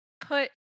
put